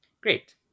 Great